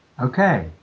Okay